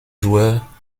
joueur